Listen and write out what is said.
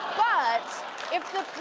but if the